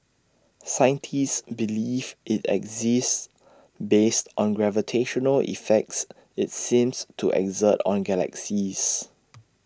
scientists believe IT exists based on gravitational effects IT seems to exert on galaxies